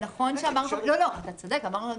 אתה צודק, אמרנו